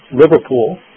Liverpool